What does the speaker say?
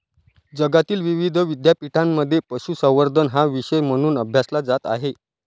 जगातील विविध विद्यापीठांमध्ये पशुसंवर्धन हा विषय म्हणून अभ्यासला जात आहे